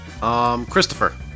Christopher